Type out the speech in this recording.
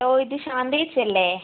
ഓ ഇത് ശാന്തേച്ചി അല്ലേ